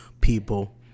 people